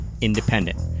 Independent